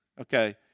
Okay